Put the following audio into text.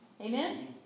Amen